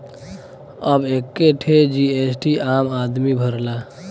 अब एक्के ठे जी.एस.टी आम आदमी भरला